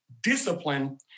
discipline